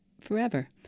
forever